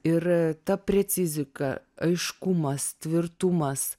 ir ta precizika aiškumas tvirtumas